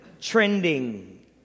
trending